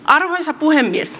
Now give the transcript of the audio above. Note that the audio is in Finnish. arvoisa puhemies